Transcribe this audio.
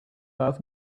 off